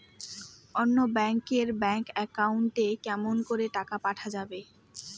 অন্য ব্যাংক এর bank account এ কেমন করে টাকা পাঠা যাবে?